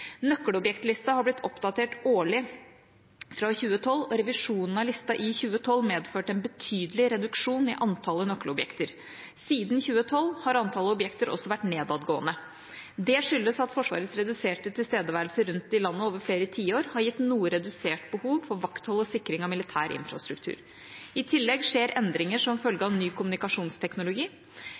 Nøkkelobjektlista har blitt oppdatert årlig fra 2012, og revisjonen av lista i 2012 medførte en betydelig reduksjon i antallet nøkkelobjekter. Siden 2012 har antallet objekter også vært nedadgående. Det skyldes at Forsvarets reduserte tilstedeværelse rundt i landet over flere tiår har gitt noe redusert behov for vakthold og sikring av militær infrastruktur. I tillegg skjer det endringer som følge av ny kommunikasjonsteknologi.